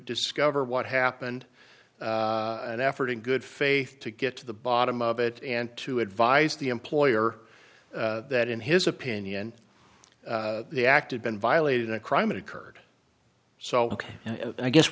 discover what happened an effort in good faith to get to the bottom of it and to advise the employer that in his opinion the act of been violated in a crime that occurred so i guess